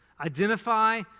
Identify